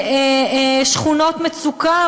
שכונות מצוקה,